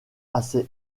assez